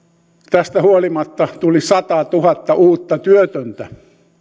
tästä huolimatta tuli satatuhatta uutta työtöntä